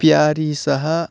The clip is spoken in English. Paris